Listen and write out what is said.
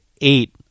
eight